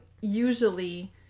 usually